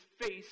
face